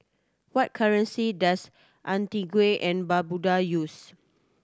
what currency does Antigua and Barbuda use